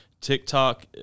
TikTok